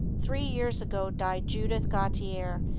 three years ago died judith gautier,